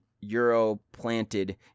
Euro-planted